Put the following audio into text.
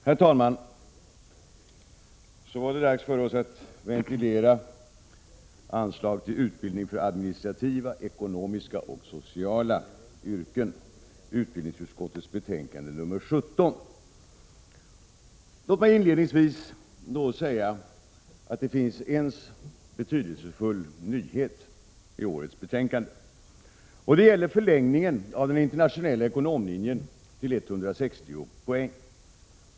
Herr talman! Så var det dags för oss att ventilera anslag till utbildning för administrativa, ekonomiska och sociala yrken, utbildningsutskottets betänkande 17. Låt mig inledningsvis säga att det finns en betydelsefull nyhet i årets betänkande. Det gäller förlängningen av den internationella ekonomutbildningen till 160 poäng.